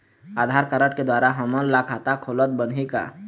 आधार card के द्वारा हमन ला खाता खोलत बनही का?